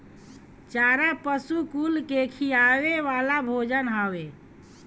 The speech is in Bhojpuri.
चारा पशु कुल के खियावे वाला भोजन हवे